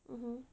mmhmm